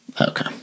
okay